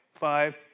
five